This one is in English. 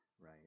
right